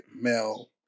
male